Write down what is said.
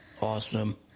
awesome